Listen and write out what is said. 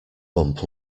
bump